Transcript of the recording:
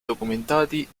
documentati